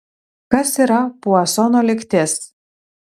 kas yra puasono lygtis